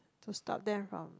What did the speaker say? to stop them from